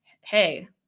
hey